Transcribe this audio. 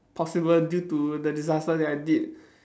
possible due to the disaster that I did